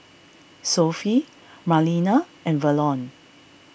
Sophie Marlena and Verlon